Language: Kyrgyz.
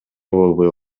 болбой